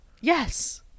Yes